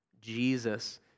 Jesus